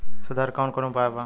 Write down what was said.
सुधार के कौन कौन उपाय वा?